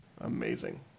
amazing